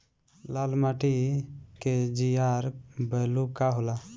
लाल माटी के जीआर बैलू का होला?